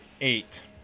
eight